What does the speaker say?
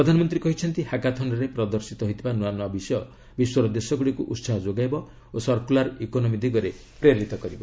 ପ୍ରଧାନମନ୍ତ୍ରୀ କହିଛନ୍ତି ହାକାଥନ୍ରେ ପ୍ରଦର୍ଶିତ ହୋଇଥିବା ନୂଆ ନୂଆ ବିଷୟ ବିଶ୍ୱର ଦେଶଗୁଡ଼ିକୁ ଉତ୍ସାହ ଯୋଗାଇବ ଓ ସର୍କୁଲାର ଇକୋନମି ଦିଗରେ ପ୍ରେରିତ କରିବ